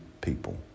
people